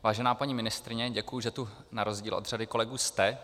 Vážená paní ministryně, děkuji, že tu na rozdíl od řady kolegů jste.